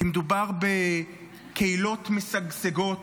כי מדובר בקהילות משגשגות,